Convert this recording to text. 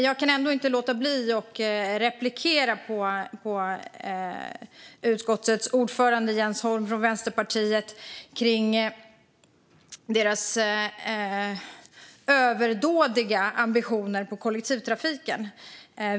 Jag kan ändå inte låta bli att replikera på utskottets ordförande Jens Holm från Vänsterpartiet när det gäller Vänsterpartiets överdådiga ambitioner för kollektivtrafiken.